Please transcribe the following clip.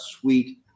sweet